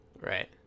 Right